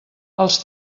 els